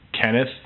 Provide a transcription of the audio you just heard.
Kenneth